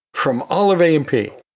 from all of a and p.